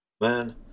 man